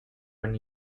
when